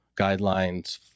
guidelines